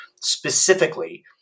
specifically